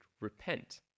repent